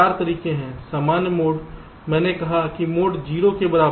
सामान्य मोड मैंने कहा कि मोड 0 के बराबर है